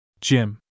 Jim